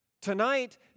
Tonight